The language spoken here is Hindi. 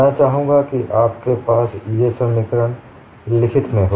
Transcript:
मैं चाहूंगा कि आपके पास ये समीकरण आपके लिखित में हो